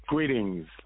Greetings